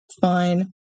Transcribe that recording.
fine